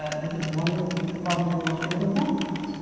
ah this is one, probably the most recent one,